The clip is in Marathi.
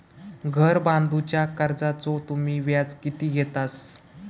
घर बांधूच्या कर्जाचो तुम्ही व्याज किती घेतास?